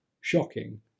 shocking